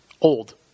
old